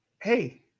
hey